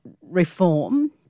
reform